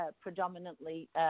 predominantly